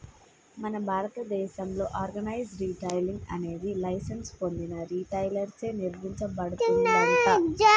మన భారతదేసంలో organise retailing అనేది లైసెన్స్ పొందిన రిటైలర్ చే నిర్వచించబడుతుందంట